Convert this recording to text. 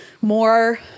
more